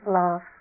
love